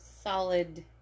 solid